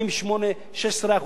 16% מע"מ כמו כל זוג צעיר.